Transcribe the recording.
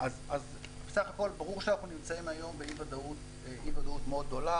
בסך הכול ברור שאנחנו נמצאים היום באי ודאות מאוד גדולה.